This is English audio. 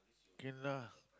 can lah